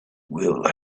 will